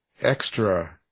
extra